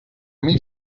mil